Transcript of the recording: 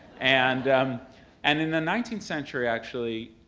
and um and in the nineteenth century, actually,